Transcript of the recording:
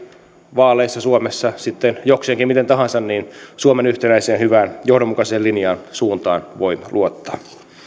vaaleissa suomessa sitten jokseenkin miten tahansa niin suomen yhtenäiseen hyvään johdonmukaiseen linjaan suuntaan voi luottaa